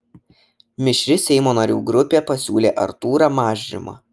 mišri seimo narių grupė pasiūlė artūrą mažrimą